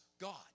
God